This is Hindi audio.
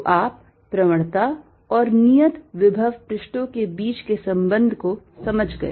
तो आप प्रवणता और नियत विभव पृष्ठों के बीच के संबंध को समझ गए